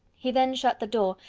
he then shut the door,